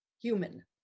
Human